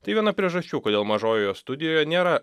tai viena priežasčių kodėl mažojoje studijoje nėra